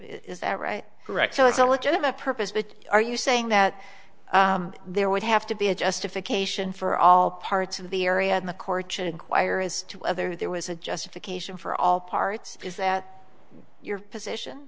is that right correct so it's a legitimate purpose but are you saying that there would have to be a justification for all parts of the area and the courts inquire as to whether there was a justification for all parts is that your position